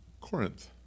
corinth